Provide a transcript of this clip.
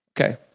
okay